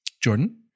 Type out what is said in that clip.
Jordan